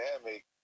dynamic